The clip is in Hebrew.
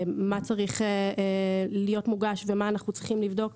מה צריך להיות מוגש ומה אנחנו צריכים לבדוק